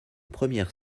premières